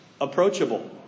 approachable